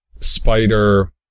spider